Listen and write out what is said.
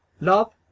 Love